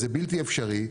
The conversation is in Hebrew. זה בלתי אפשרי,